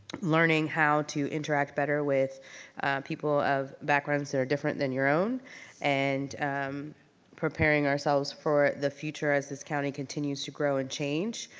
learning how to interact better with people of backgrounds that are different than your own and preparing ourselves for the future as this county continues to grow and change.